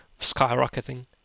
skyrocketing